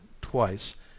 twice